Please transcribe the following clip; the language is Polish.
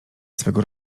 swego